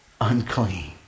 Unclean